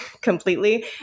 completely